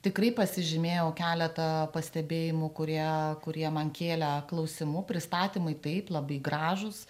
tikrai pasižymėjau keletą pastebėjimų kurie kurie man kėlė klausimų pristatymai taip labai gražūs